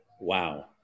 Wow